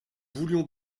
voulions